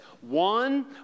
One